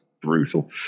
brutal